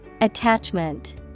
attachment